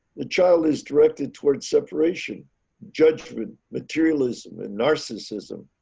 the child is directed towards separation judgment materialism and narcissism,